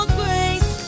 grace